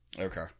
Okay